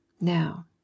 Now